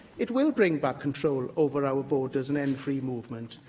it will bring back control over our borders and end free movement.